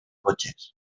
cotxes